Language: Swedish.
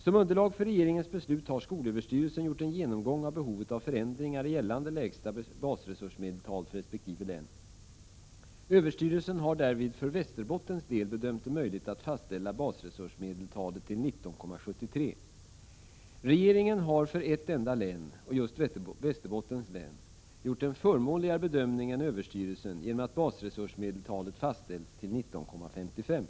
Som underlag för regeringens beslut har skolöverstyrelsen, SÖ, gjort en genomgång av behovet av förändringar i gällande lägsta basresursmedeltal för resp. län. SÖ har därvid för Västerbottens del bedömt det möjligt att fastställa basresursmedeltalet till 19,73. Regeringen har för ett enda län — Västerbottens län — gjort en förmånligare bedömning än SÖ genom att basresursmedeltalet fastställts till 19,55.